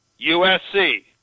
USC